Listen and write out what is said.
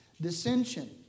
Dissension